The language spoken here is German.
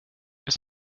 ist